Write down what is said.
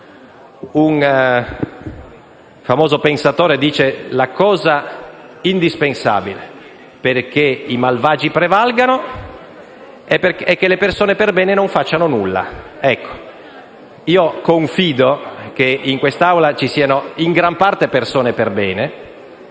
Un famoso pensatore dice che la cosa indispensabile perché i malvagi prevalgano è che le persone per bene non facciano nulla. Io confido che in quest'Aula ci siano in gran parte persone per bene,